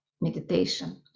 meditation